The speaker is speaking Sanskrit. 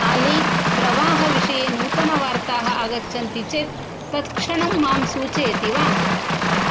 आली प्रवाहविषये नूतनवार्ताः आगच्छन्ति चेत् तत्क्षणं मां सूचयति वा